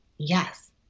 yes